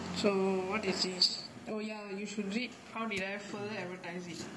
so what is this oh ya you should read how did I adver~ advertise it